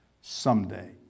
someday